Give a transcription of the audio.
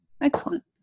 Excellent